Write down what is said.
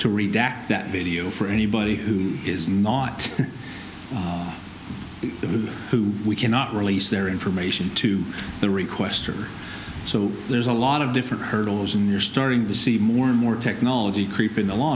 to redact that video for anybody who is not who we cannot release their information to the requestor so there's a lot of different hurdles and you're starting to see more and more technology creepin